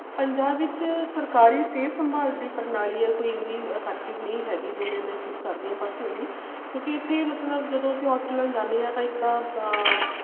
ਪੰਜਾਬ ਵਿੱਚ ਸਰਕਾਰੀ ਸਿਹਤ ਸੰਭਾਲ ਜਿਹੜੀ ਪ੍ਰਣਾਲੀ ਹੈ ਕੋਈ ਇੰਨੀ ਅਫੈਕਟਿਵ ਨਹੀਂ ਹੈਗੀ ਜੋ ਮੈਂ ਮਹਿਸੂਸ ਕਰਦੀ ਹਾਂ ਪਰਸਨਲੀ ਕਿਉਂਕਿ ਇੱਥੇ ਮਤਲਬ ਜਦੋਂ ਅਸੀਂ ਹੋਸਪਿਟਲਾਂ 'ਚ ਜਾਂਦੇ ਹਾਂ ਤਾਂ ਇੱਕ ਤਾਂ